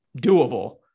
doable